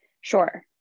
Sure